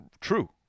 true